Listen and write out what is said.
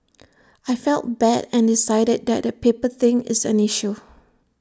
I felt bad and decided that the paper thing is an issue